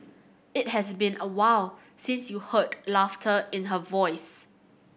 it has been awhile since you heard laughter in her voice